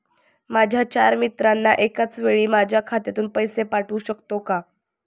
माझ्या चार मित्रांना एकाचवेळी माझ्या खात्यातून पैसे पाठवू शकतो का?